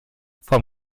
vom